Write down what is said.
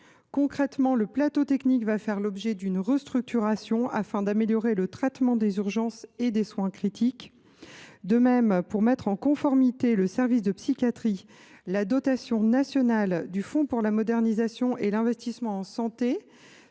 Concrètement, le plateau technique fera l’objet d’une restructuration, afin d’améliorer le traitement des urgences et des soins critiques. De même, pour mettre en conformité le service de psychiatrie, la dotation nationale du fonds pour la modernisation et l’investissement en santé